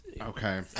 Okay